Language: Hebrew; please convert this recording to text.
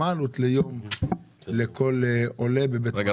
מה העלות ליום לכל עולה בבית מלון?